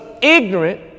ignorant